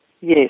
Yes